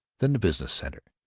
then the business center,